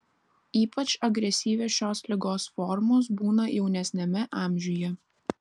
ypač agresyvios šios ligos formos būna jaunesniame amžiuje